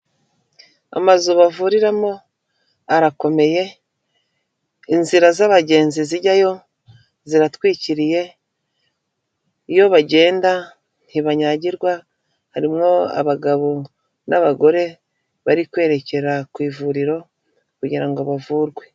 Amazu bavuriramo arakomeye, inzira z'abagenzi zijyayo ziratwikiriye, iyo bagenda ntibanyagirwa harimo abagabo n'abagore bari kwerekera ku ivuriro kugira ngo bavurwe.